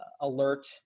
alert